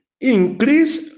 increase